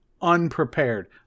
Unprepared